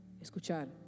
Escuchar